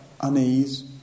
unease